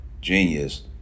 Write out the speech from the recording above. Genius